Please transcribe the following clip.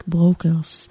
Brokers